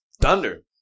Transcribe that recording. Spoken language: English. Thunder